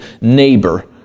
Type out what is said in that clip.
neighbor